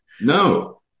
No